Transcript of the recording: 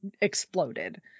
exploded